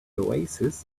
oasis